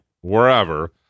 wherever